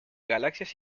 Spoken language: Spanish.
galaxias